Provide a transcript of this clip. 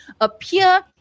appear